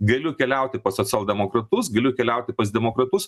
galiu keliauti pas socialdemokratus galiu keliauti pas demokratus